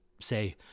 say